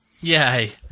Yay